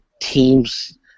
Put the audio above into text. teams